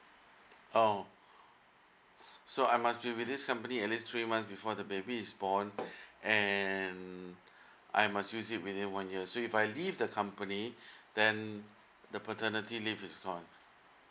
oh so I must be with this company at least three months before the baby is born and I must use it within one year so if I leave the company then the paternity leave is gone